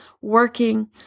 working